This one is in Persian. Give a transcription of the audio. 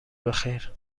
بخیر